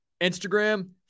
Instagram